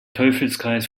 teufelskreis